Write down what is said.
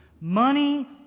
Money